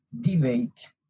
debate